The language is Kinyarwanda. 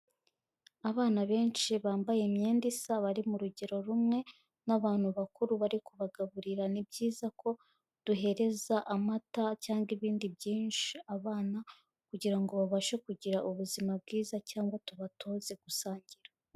Abana benshi bambaye imyenda isa bari mu rugero rumwe n'abantu bakuru bari kubagaburira, ni byiza ko duhereza amata cyangwa ibindi byinshi abana kugira ngo babashe kugira ubuzima bwiza cyangwa tubatoze gusangira.